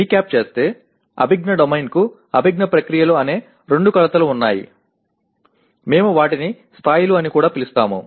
recap చేస్తే అభిజ్ఞా డొమైన్కు అభిజ్ఞా ప్రక్రియలు అనే రెండు కొలతలు ఉన్నాయి మేము వాటిని స్థాయిలు అని కూడా పిలుస్తాము